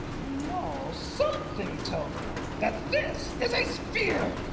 you know, something tells me that this is a sphere.